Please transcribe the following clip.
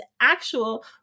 actual